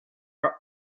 are